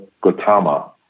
Gautama